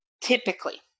typically